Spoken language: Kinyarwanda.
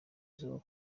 izuba